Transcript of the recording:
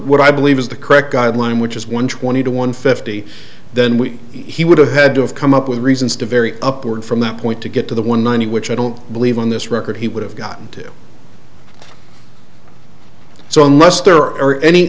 what i believe is the correct guideline which is one twenty to one fifty then we he would have had to have come up with reasons to vary upward from that point to get to the one ninety which i don't believe on this record he would have gotten to do so unless there are any